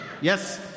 Yes